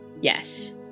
yes